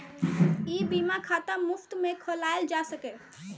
ई बीमा खाता मुफ्त मे खोलाएल जा सकैए